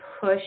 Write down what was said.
push